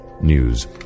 News